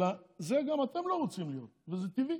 אלא גם אתם לא רוצים להיות, וזה טבעי.